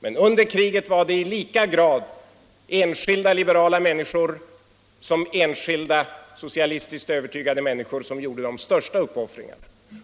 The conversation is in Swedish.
Men under kriget var det i lika grad enskilda liberala människor som enskilda socialistiskt övertygade människor som gjorde de största uppoffringarna.